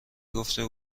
گفته